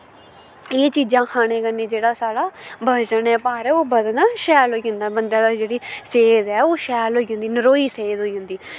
एह् चीजां खाने कन्नै जेह्ड़ा साढ़ा वजन ऐ भार ऐ ओह् बधना शैल होई बंदे दा जेह्ड़ी सेह्त ऐ ओह् शैल होई जंदी नरोई सेह्त होई जंदी